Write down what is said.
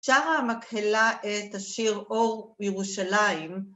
‫שרה מקהלה את השיר ‫'אור ירושלים'.